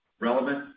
relevant